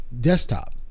desktop